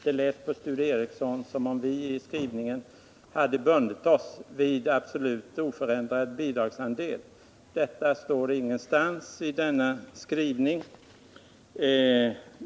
Det lät på Sture Ericson som om vii skrivningen hade bundit oss vid absolut oförändrad bidragsandel. Detta står ingenstans i utskottets skrivning.